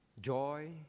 Joy